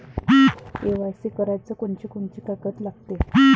KYC कराच कोनचे कोनचे कागद लागते?